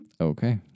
Okay